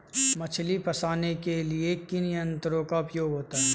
मछली फंसाने के लिए किन यंत्रों का उपयोग होता है?